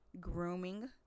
grooming